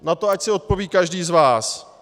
Na to ať si odpoví každý z vás.